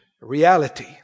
Reality